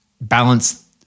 balance